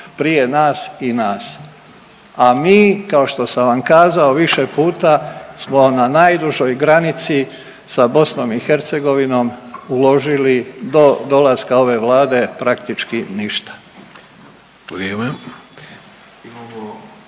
prije nas i nas. A mi kao što sam vam kazao više puta smo na najdužoj granici sa BiH uložili do dolaska ove Vlade praktički ništa.